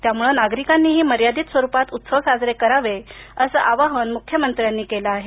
त्यामुळे नागरिकांनीही मर्यादित स्वरुपात उत्सव साजरे करावे असं आवाहन मुख्यमंत्र्यांनी केलं आहे